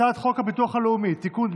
הצעת חוק הביטוח הלאומי (תיקון,